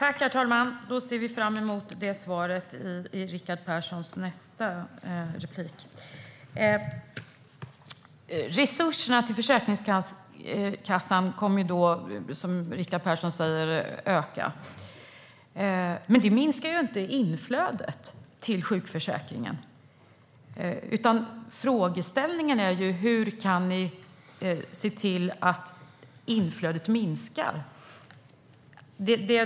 Herr talman! Då ser vi fram mot det svaret i Rickard Perssons nästa replik. Resurserna till Försäkringskassan kommer, som Rickard Persson säger, att öka. Men det minskar inte inflödet till sjukförsäkringen. Frågeställningen gäller hur ni kan se till att inflödet minskar.